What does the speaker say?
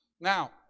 Now